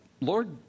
Lord